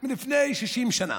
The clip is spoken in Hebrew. לפני 60 שנה.